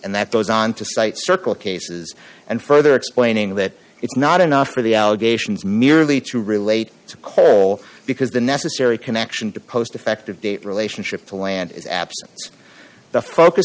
and that goes on to cite circle cases and further explaining that it's not enough for the allegations merely to relate to coal because the necessary connection to post effective date relationship to land